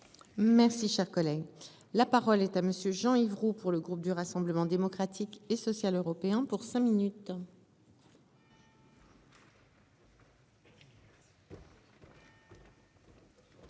Merci, cher collègue, la parole est à monsieur Jean-Yves Roux pour le groupe du Rassemblement démocratique et social européen pour cinq minutes.